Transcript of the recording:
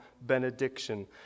benediction